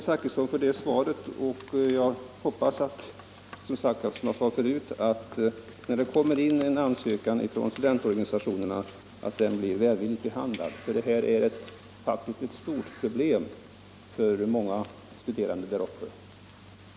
Herr talman! Jag ber att få tacka herr Zachrisson för det svaret, och jag hoppas att när en ansökan från studentorganisationerna kommer in blir den välvilligt behandlad. Detta är nämligen ett stort problem för många studerande i Frescati.